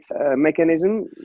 mechanism